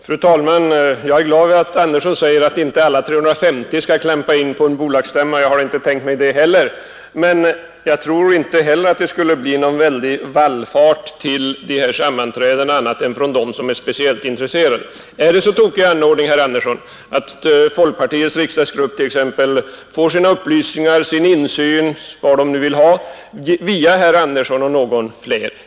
Fru talman! Jag är glad åt att herr Andersson i Örebro säger att inte alla 350 skall klampa in på bolagsstämman. Jag har inte tänkt mig det heller, men jag tror ju att inga andra skulle vallfärda till dessa sammanträden än de ledamöter som är speciellt intresserade. Är det en så tokig anordning, herr Andersson, att folkpartiets riksdagsgrupp får sin insyn via herr Andersson och någon mer?